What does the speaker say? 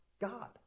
God